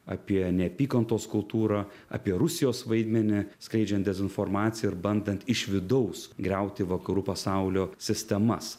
apie neapykantos kultūrą apie rusijos vaidmenį skleidžiant dezinformaciją ir bandant iš vidaus griauti vakarų pasaulio sistemas